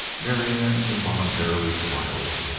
marianne involuntarily smiled.